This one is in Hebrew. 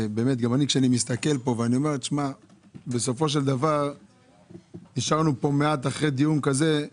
כשאני מסתכל פה בסופו של דבר נשארנו מעט אחרי דיון כזה.